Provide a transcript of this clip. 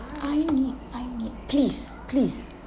aini aini please please